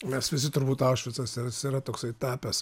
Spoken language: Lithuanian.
mes visi turbūt aušvicas yra toksai tapęs